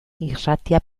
irratia